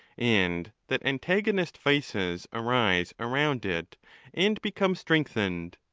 and that antagonist vices arise around it and become strengthened.